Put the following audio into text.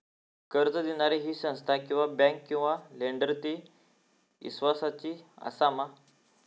कर्ज दिणारी ही संस्था किवा बँक किवा लेंडर ती इस्वासाची आसा मा?